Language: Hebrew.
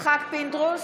יצחק פינדרוס,